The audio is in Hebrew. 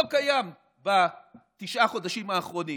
לא קיים בתשעת החודשים האחרונים,